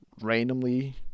randomly